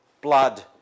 blood